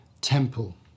temple